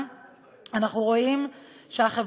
אנחנו עומדות לבד מול שוקת שבורה כשהרב הראשי,